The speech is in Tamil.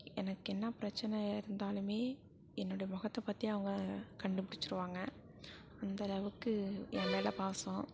எனக்கு என்ன பிரச்சனையாக இருந்தாலுமே என்னோட முகத்த பார்த்தே அவங்க கண்டுபிடிச்சிருவாங்க அந்தளவுக்கு என் மேலே பாசம்